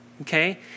Okay